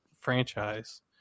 franchise